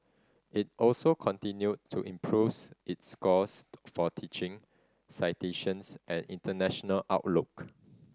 it also continued to improves its scores for teaching citations and international outlook